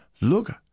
look